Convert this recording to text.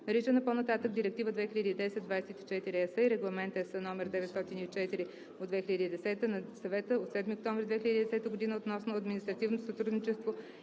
наричана по-нататък „Директива 2010/24/ЕС“ и Регламент (ЕС) № 904/2010 на Съвета от 7 октомври 2010 година относно административното сътрудничество